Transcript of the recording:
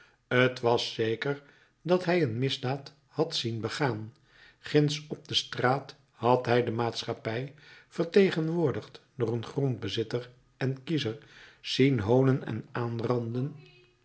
t was zeker dat hij een misdaad had zien begaan ginds op de straat had hij de maatschappij vertegenwoordigd door een grondbezitter en kiezer zien hoonen en aanranden